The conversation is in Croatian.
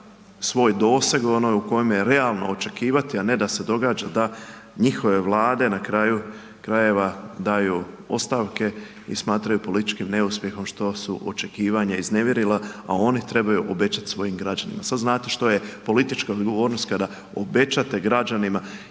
svoj doseg u kojem je realno očekivati, a ne da se događa da njihove vlade na kraju krajeva daju ostavke i smatraju političkim neuspjehom što su očekivanje iznevjerila, a oni trebaju obećati svojim građanima. Sad znate što je politička odgovornost kada obećate građanima,